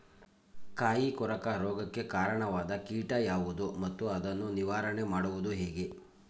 ಕಾಯಿ ಕೊರಕ ರೋಗಕ್ಕೆ ಕಾರಣವಾದ ಕೀಟ ಯಾವುದು ಮತ್ತು ಅದನ್ನು ನಿವಾರಣೆ ಮಾಡುವುದು ಹೇಗೆ?